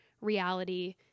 reality